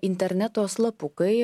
interneto slapukai